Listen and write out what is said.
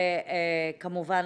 כמובן,